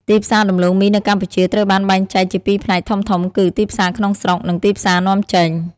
ទីផ្សារដំឡូងមីនៅកម្ពុជាត្រូវបានបែងចែកជាពីរផ្នែកធំៗគឺ ទីផ្សារក្នុងស្រុក និង ទីផ្សារនាំចេញ។